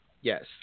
Yes